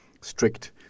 strict